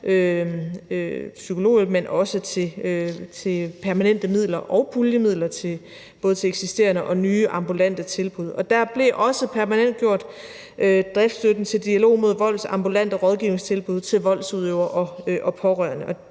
psykologhjælp, men også til permanente midler og puljemidler både til eksisterende og nye ambulante tilbud. Driftsstøtten til Dialog mod Volds ambulante rådgivningstilbud til voldsudøvere og pårørende